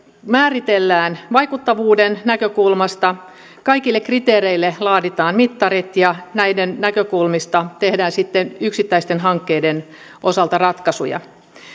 määritellään vaikuttavuuden näkökulmasta kaikille kriteereille laaditaan mittarit ja näiden näkökulmista tehdään sitten yksittäisten hankkeiden osalta ratkaisuja